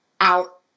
out